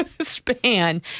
span